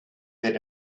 that